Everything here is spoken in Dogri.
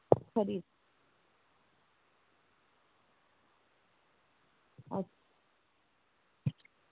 खरी